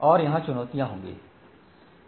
और वहां चुनौतियां होंगी